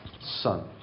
son